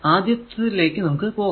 ആദ്യത്തേതിലേക്കു നമുക്ക് പോകാം